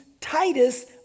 Titus